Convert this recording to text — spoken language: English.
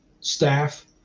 staff